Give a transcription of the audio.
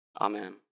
Amen